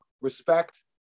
respect